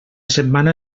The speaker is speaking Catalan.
setmana